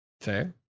Fair